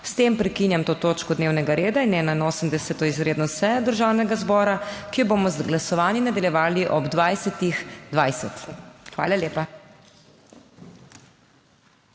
S tem prekinjam to točko dnevnega reda in 81. izredno sejo Državnega zbora, ki jo bomo z glasovanji nadaljevali ob 20.20. Hvala lepa.